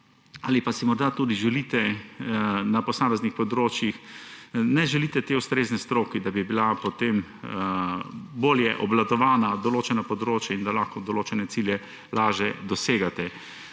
ali pa si morda tudi na posameznih področjih ne želite te ustrezne stroke, da bi bila potem bolje obvladovana določena področja in da lahko določene cilje lažje dosegate.